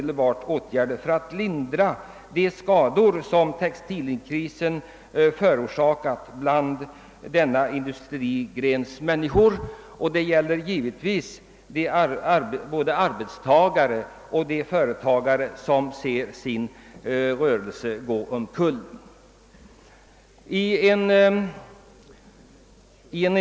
Detta är nödvändigt om de skador som åsamkats både arbetstagare inom denna industri och de företagare som tvingats lägga ned sina rörelser på grund av textilkrisen skall kunna botas.